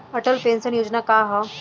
Atal pension योजना का ह?